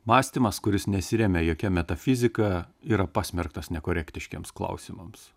mąstymas kuris nesiremia jokia metafizika yra pasmerktas nekorektiškiems klausimams